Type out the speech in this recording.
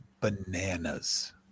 bananas